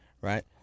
right